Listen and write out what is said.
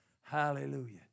hallelujah